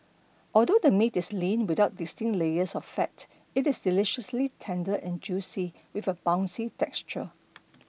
although the meat is lean without distinct layers of fat it is deliciously tender and juicy with a bouncy texture